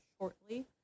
Shortly